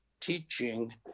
teaching